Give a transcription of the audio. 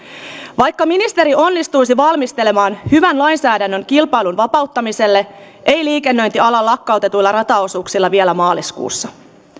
vaikka ministeri onnistuisi valmistelemaan hyvän lainsäädännön kilpailun vapauttamiselle ei liikennöinti ala lakkautetuilla rataosuuksilla vielä maaliskuussa